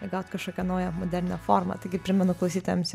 gaut kažkokią naują modernią formą taigi primenu klausytojams